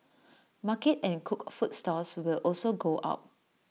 market and cooked food stalls will also go up